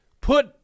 put